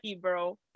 bro